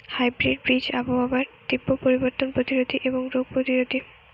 hybrid বীজ আবহাওয়ার তীব্র পরিবর্তন প্রতিরোধী এবং রোগ প্রতিরোধী